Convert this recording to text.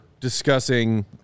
Discussing